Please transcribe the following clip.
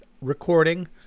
recording